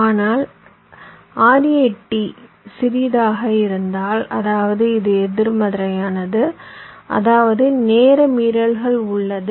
ஆனால் RAT சிறியதாக இருந்தால் அதாவது இது எதிர்மறையானது அதாவது நேர மீறல் உள்ளது